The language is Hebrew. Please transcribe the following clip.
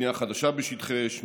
בנייה חדשה בשטחי אש,